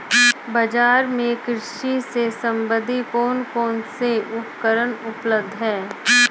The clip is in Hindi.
बाजार में कृषि से संबंधित कौन कौन से उपकरण उपलब्ध है?